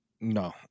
No